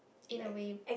in a way